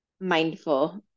mindful